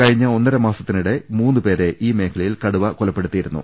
കഴിഞ്ഞ ഒന്നരമാസത്തിനിടെ മൂന്ന് പേരെ ഈ മേഖലയിൽ കടുവ കൊലപ്പെ ടുത്തിയിരുന്നു